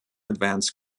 advanced